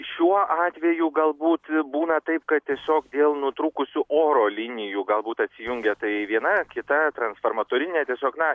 šiuo atveju galbūt būna taip kad tiesiog dėl nutrūkusių oro linijų galbūt atsijungia tai viena kita transformatorinė tiesiog na